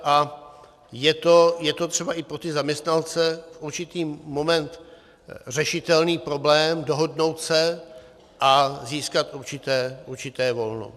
A je to třeba i pro ty zaměstnance určitý moment, řešitelný problém, dohodnout se a získat určité volno.